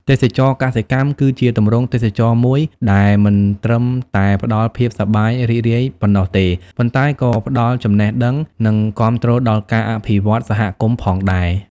ទេសចរណ៍កសិកម្មគឺជាទម្រង់ទេសចរណ៍មួយដែលមិនត្រឹមតែផ្ដល់ភាពសប្បាយរីករាយប៉ុណ្ណោះទេ ប៉ុន្តែក៏ផ្ដល់ចំណេះដឹង និងគាំទ្រដល់ការអភិវឌ្ឍសហគមន៍ផងដែរ ។